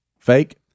Fake